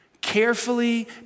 Carefully